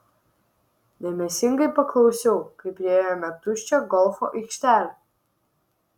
dėmesingai paklausiau kai priėjome tuščią golfo aikštelę